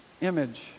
image